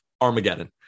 Armageddon